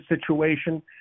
situation